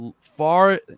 far